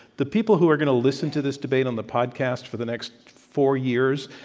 the people who are going to listen to this debate on the podcast for the next four years,